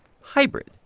hybrid